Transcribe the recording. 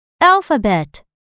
alphabet